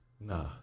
Nah